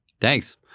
Thanks